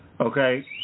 Okay